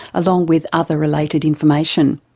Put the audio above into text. along with other related information.